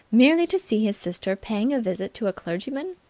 merely to see his sister paying a visit to a clergyman?